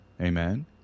Amen